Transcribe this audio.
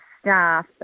staff